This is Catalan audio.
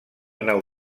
nau